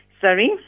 Sorry